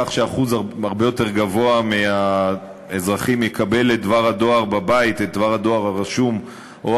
כך ששיעור הרבה יותר גבוה מהאזרחים יקבל את דבר הדואר הרשום בבית,